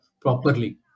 properly